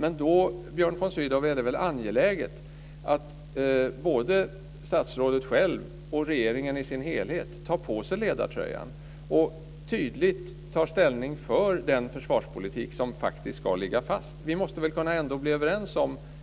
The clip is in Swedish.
Men då, Björn von Sydow, är det väl angeläget att både statsrådet själv och regeringen i sin helhet tar på sig ledartröjan och tydligt tar ställning för den försvarspolitik som faktiskt ska ligga fast? Vi måste väl ändå kunna bli överens